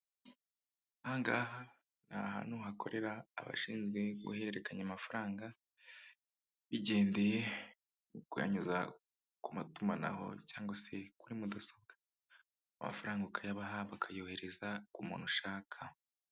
Aha ngaha ni ahantu hakorera abashinzwe guhererekanya amafaranga, bigendeye ku kuyanyuza ku matumanaho cyangwa se kuri mudasobwa. Amafaranga ukayabaha, bakayohereza ku muntu ushaka.